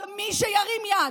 כל מי שירים יד,